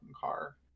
car